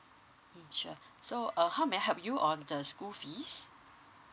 sure so um how may I help you on the school fees